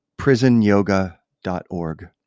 prisonyoga.org